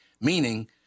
meaning